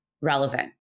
relevant